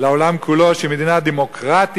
לעולם כולו שהיא מדינה דמוקרטית,